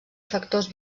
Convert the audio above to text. factors